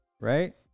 right